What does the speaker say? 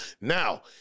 Now